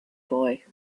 boy